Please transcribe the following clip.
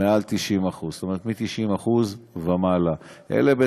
היא מעל 90%. זאת אומרת,